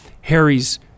Harry's